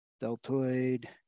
deltoid